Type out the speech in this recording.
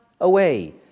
away